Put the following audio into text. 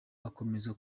akomeza